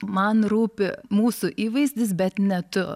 man rūpi mūsų įvaizdis bet ne tu